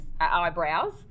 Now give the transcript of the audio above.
eyebrows